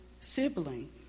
sibling